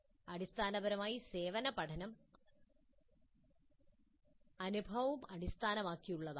അടിസ്ഥാനപരമായി സേവന പഠനം അനുഭവം അടിസ്ഥാനമാക്കിയുള്ളതാകാം